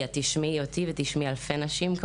תשמעי אותי ותשמעי אלפי נשים שחושבות